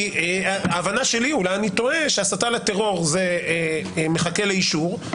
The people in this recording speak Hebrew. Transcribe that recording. כי ההבנה שלי אולי אני טועה שהסתה לטרור זה מחכה לאישור,